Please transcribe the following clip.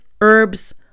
herbs